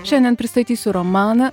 šiandien pristatysiu romaną